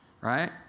right